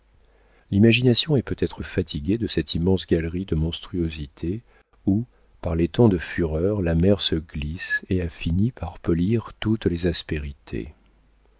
l'imagination est peut-être fatiguée de cette immense galerie de monstruosités où par les temps de fureur la mer se glisse et a fini par polir toutes les aspérités